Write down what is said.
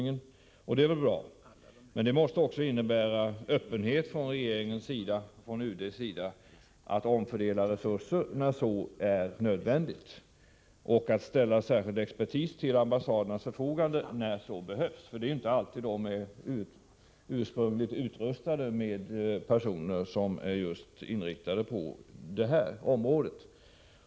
Men detta måste också innebära en öppenhet från UDs sida att omfördela resurser, när så är nödvändigt, och att ställa särskild expertis till ambassadernas förfogande när så behövs. Det är inte alltid ambassaderna har personer till sitt förfogande vilka är inriktade på detta område.